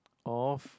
of